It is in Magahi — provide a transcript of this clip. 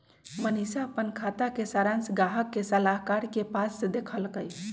मनीशा अप्पन खाता के सरांश गाहक सलाहकार के पास से देखलकई